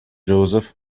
joseph